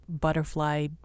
butterfly